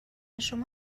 شما